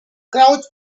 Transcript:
crouch